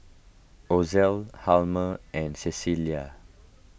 Ozell Hjalmer and Cecelia